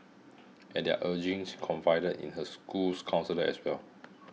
at their urging she confided in her school's counsellor as well